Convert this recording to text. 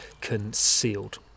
concealed